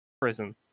prison